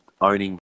owning